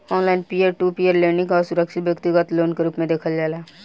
online peer to peer lending के असुरक्षित व्यतिगत लोन के रूप में देखल जाला